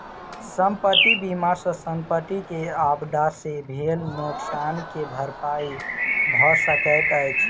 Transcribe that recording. संपत्ति बीमा सॅ संपत्ति के आपदा से भेल नोकसान के भरपाई भअ सकैत अछि